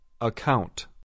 Account